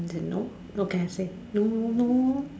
she said no what can I say no lor no lor